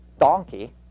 donkey